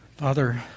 Father